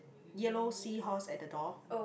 yellow seahorse at the door